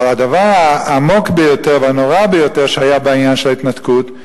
אבל הדבר העמוק ביותר והנורא ביותר שהיה בעניין של ההתנתקות,